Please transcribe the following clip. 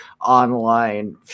online